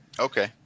Okay